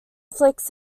flicks